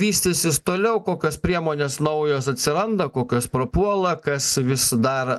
vystysis toliau kokios priemonės naujos atsiranda kokios prapuola kas vis dar